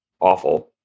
awful